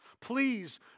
Please